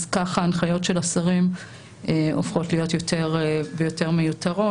אז כך ההנחיות של השרים הופכות להיות יותר ויותר מיותרות.